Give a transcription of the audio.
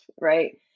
right